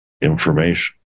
information